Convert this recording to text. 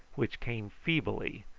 which came feebly,